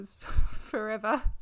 forever